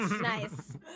Nice